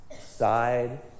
Side